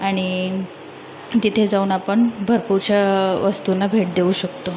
आणि तिथे जाऊन आपण भरपूरशा वस्तूंना भेट देऊ शकतो